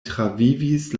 travivis